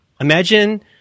Imagine